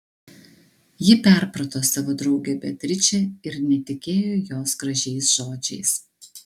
ji perprato savo draugę beatričę ir netikėjo jos gražiais žodžiais